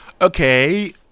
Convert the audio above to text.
Okay